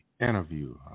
interview